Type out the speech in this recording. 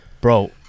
bro